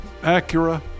Acura